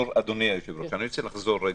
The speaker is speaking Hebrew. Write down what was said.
אדוני היושב-ראש, אני רוצה לחזור רגע.